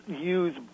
use